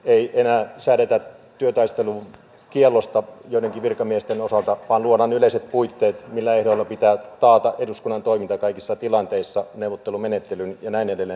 ei enää säädetä työtaistelukiellosta joidenkin virkamiesten osalta vaan luodaan yleiset puitteet millä ehdoilla pitää taata eduskunnan toiminta kaikissa tilanteissa neuvottelumenettelyin ja näin edelleen